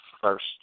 first